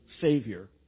Savior